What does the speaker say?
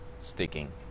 sticking